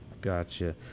Gotcha